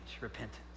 repentance